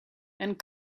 and